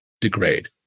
degrade